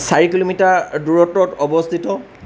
চাৰি কিলোমিটাৰ দূৰত্বত অৱস্থিত